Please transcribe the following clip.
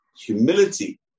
humility